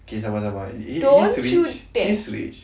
K sabar sabar he's rich he's rich